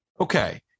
Okay